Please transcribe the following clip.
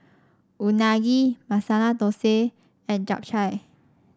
Unagi Masala Dosa and Japchae